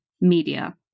media